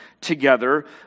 together